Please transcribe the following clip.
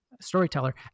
storyteller